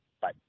Bye